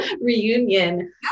reunion